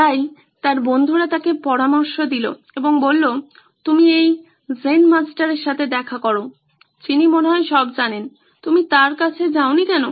তাই তার বন্ধুরা তাকে পরামর্শ দিল এবং বলল তুমি এই জেন মাস্টারের সাথে দেখা করো যিনি মনে হয় সব জানেন তুমি তার কাছে যাও নি কেনো